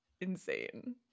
insane